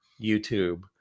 YouTube